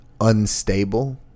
unstable